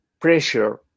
pressure